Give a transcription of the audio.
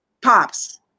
pops